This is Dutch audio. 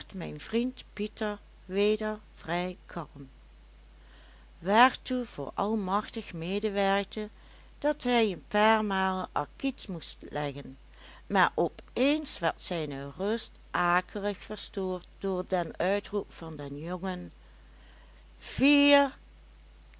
mijn vriend pieter weder vrij kalm waartoe vooral machtig medewerkte dat hij een paar malen acquit moest leggen maar op eens werd zijne rust akelig verstoord door den uitroep van den jongen